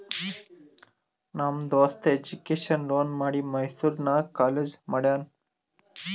ನಮ್ ದೋಸ್ತ education loan ಮಾಡಿ ಮೈಸೂರು ನಾಗ್ ಕಾಲೇಜ್ ಮಾಡ್ಯಾನ್